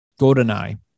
GoldenEye